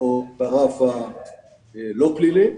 או ברף הלא פלילי,